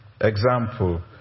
Example